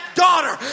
daughter